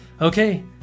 Okay